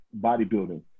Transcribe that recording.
bodybuilding